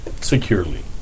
securely